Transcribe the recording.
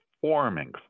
forming